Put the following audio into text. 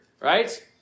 right